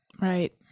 right